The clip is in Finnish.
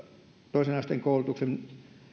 toisen asteen koulutuksen